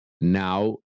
Now